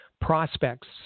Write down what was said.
prospects